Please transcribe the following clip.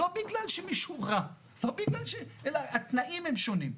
לא בגלל שמישהו רע אלא בגלל שהתנאים הם שונים.